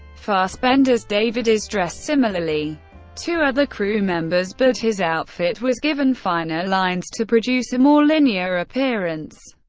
fassbender's david is dressed similarly to other crew members, but his outfit was given finer lines to produce a more linear appearance.